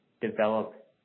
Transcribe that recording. develop